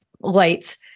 lights